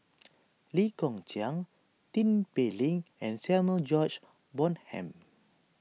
Lee Kong Chian Tin Pei Ling and Samuel George Bonham